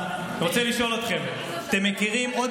אני רוצה לשאול אתכם: אתם מכירים עוד